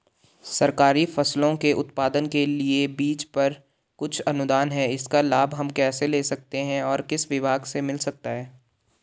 सरकारी फसलों के उत्पादन के लिए बीज पर कुछ अनुदान है इसका लाभ हम कैसे ले सकते हैं और किस विभाग से मिल सकता है?